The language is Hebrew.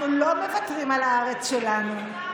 אנחנו לא מוותרים על הארץ שלנו.